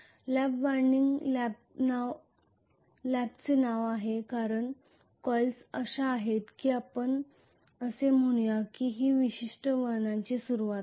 lap वाइंडिंगला लॅपचे नाव आहे कारण कॉइल्स अशा आहेत की आपण असे म्हणूया की ही विशिष्ट वळणाची सुरूवात आहे